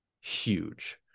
huge